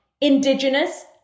indigenous